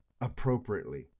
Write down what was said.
appropriately